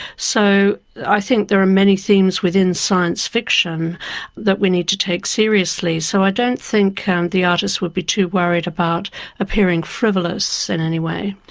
so i think there are many themes within science fiction that we need to take seriously. so i don't think the artist would be too worried about appearing frivolous in any way.